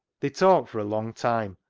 they talked for a long time,